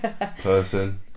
person